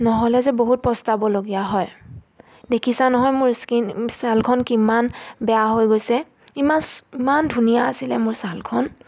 নহ'লে যে বহুত পষ্টাবলগীয়া হয় দেখিছা নহয় মোৰ স্কিন ছালখন কিমান বেয়া হৈ গৈছে ইমান ইমান ধুনীয়া আছিলে মোৰ ছালখন